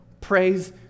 praise